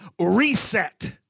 reset